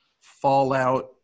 fallout